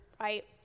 right